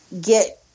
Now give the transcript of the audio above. get